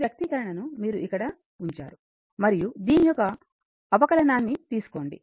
ఈ వ్యక్తీకరణని మీరు ఇక్కడ ఉంచారు మరియు దీని యొక్క అవకాలనాన్ని తీసుకోండి